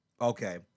Okay